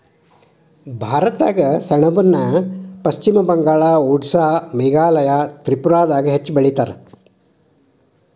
ಭಾರತದಾಗ ಸೆಣಬನ ಪಶ್ಚಿಮ ಬಂಗಾಳ, ಓಡಿಸ್ಸಾ ಮೇಘಾಲಯ ತ್ರಿಪುರಾದಾಗ ಹೆಚ್ಚ ಬೆಳಿತಾರ